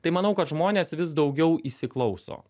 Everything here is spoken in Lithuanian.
tai manau kad žmonės vis daugiau įsiklauso